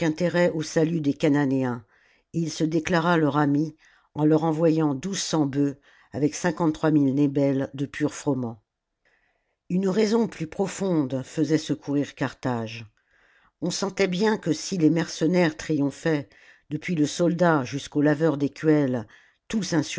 au salut des chananéens et il se déclara leur ami en leur envoyant douze cents bœufs avec cinquante-trois mille nebels de pur froment une raison plus profonde faisait secourir carthage on sentait bien que si les mercenaires triomphaient depuis le soldat jusqu'au laveur d'écuelles tout